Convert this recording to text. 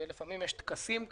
לפעמים יש טקסים כאלה,